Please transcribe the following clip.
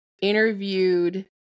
interviewed